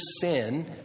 sin